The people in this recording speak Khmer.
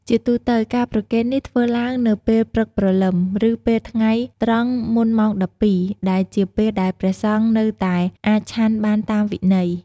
ជាទូទៅ ការប្រគេននេះធ្វើឡើងនៅពេលព្រឹកព្រលឹម ឬពេលថ្ងៃត្រង់មុនម៉ោង ១២ ដែលជាពេលដែលព្រះសង្ឃនៅតែអាចឆាន់បានតាមវិន័យ។